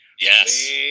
Yes